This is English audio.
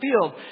field